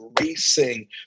racing